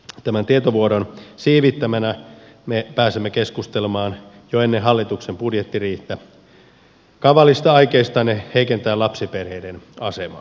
tämän tietovuodon siivittämänä me pääsemme keskustelemaan jo ennen hallituksen budjettiriihtä kavalista aikeistanne heikentää lapsiperheiden asemaa